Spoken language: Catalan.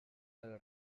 pel